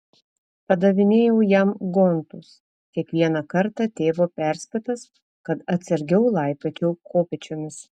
padavinėjau jam gontus kiekvieną kartą tėvo perspėtas kad atsargiau laipiočiau kopėčiomis